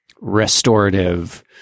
restorative